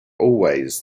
always